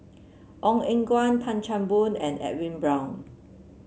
Ong Eng Guan Tan Chan Boon and Edwin Brown